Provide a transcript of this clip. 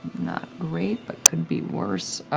not great, but could be worse.